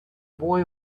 boy